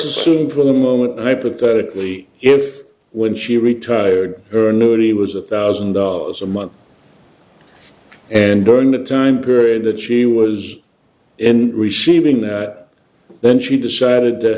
assume for the moment i put really if when she retired her new t was a thousand dollars a month and during that time period that she was receiving that then she decided to